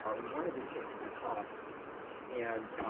ah we wanted to take some time and